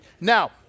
Now